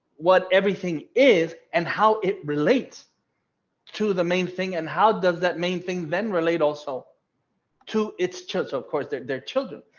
what everything is and how it relates to the main thing and how does that main thing men relate also to its church, of course, their their children,